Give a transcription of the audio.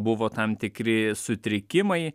buvo tam tikri sutrikimai